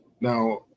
Now